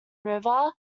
river